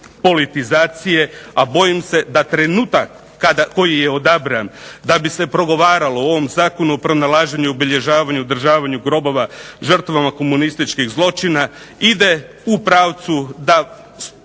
politizacije, a bojim se da trenutak koji je odabran da bi se progovaralo o ovom Zakonu o pronalaženju, obilježavanju i održavanju grobova žrtava komunističkih zločina ide u pravcu da